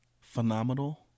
phenomenal